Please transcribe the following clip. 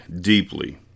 deeply